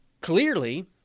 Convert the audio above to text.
Clearly